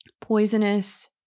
poisonous